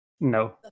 No